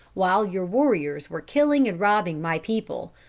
while your warriors were killing and robbing my people.